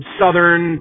southern